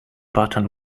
button